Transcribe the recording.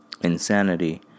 Insanity